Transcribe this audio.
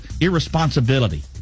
irresponsibility